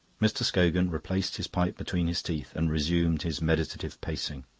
mr. scogan replaced his pipe between his teeth and resumed his meditative pacing.